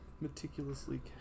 meticulously